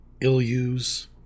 ill-use